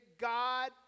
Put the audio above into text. God